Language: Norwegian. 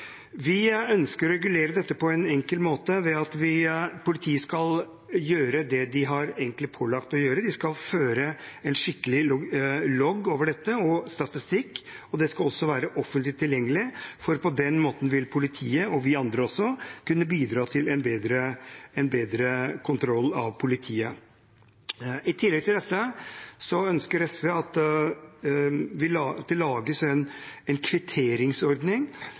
Vi ønsker å regulere dette på en enkel måte ved at politiet skal gjøre det de egentlig er pålagt å gjøre: De skal føre en skikkelig logg over dette og statistikk, og det skal også være offentlig tilgjengelig. På den måten vil politiet, og vi andre også, kunne bidra til en bedre kontroll av politiet. I tillegg til dette ønsker SV at det lages en kvitteringsordning som er slik at hvis man blir kontrollert av politiet, kan man med en